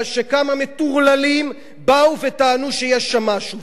שכמה מטורללים באו וטענו שיש שם משהו.